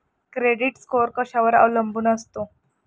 Credit score कशावर अवलंबून असतो?